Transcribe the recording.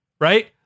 right